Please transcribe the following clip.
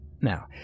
now